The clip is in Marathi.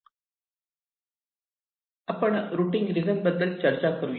आपण रुटींग रिजन बद्दल चर्चा करूया